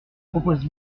propose